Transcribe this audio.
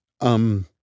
Um